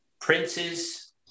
princes